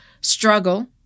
struggle